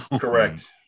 Correct